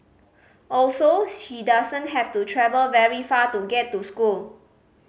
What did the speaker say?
also she doesn't have to travel very far to get to school